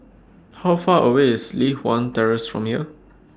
How Far away IS Li Hwan Terrace from here